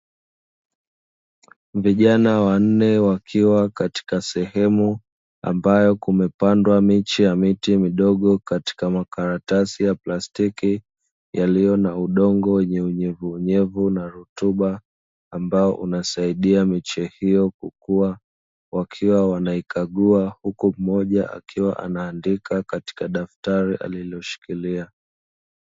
Vijana wanne wakiwa katika sehemu ambayo kumepandwa miche ya miti midogo katika makaratasi ya plastiki yaliyo na udongo wenye unyevu unyevu na rutuba, ambao inasaidia miche hiyo kukua wakiwa wanaikagua, huku mmoja akiwa anaandika katika daftari alilolishikilia.